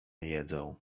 jedzą